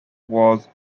was